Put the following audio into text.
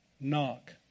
knock